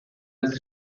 altri